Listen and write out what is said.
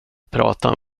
prata